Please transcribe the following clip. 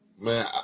man